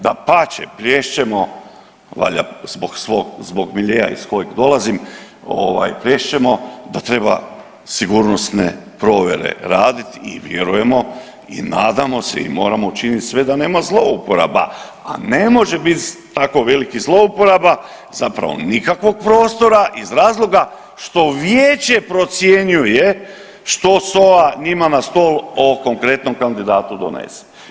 Dapače, plješćemo valjda zbog svog, zbog miljea iz kojeg dolazim, plješćemo da treba sigurnosne provjere raditi i vjerujemo i nadamo se i moramo učiniti sve da nema zlouporaba, a ne može biti tako velikih zlouporaba, zapravo nikakvog prostora iz razloga što Vijeće procjenjuje što SOA njima na stol o konkretnom kandidatu donese.